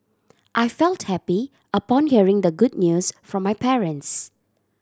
I felt happy upon hearing the good news from my parents